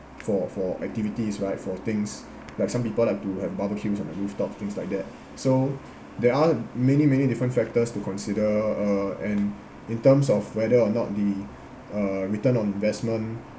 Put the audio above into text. for for activities right for things like some people like to have barbecues on the rooftop things like that so there are many many different factors to consider uh and in terms of whether or not the uh return on investment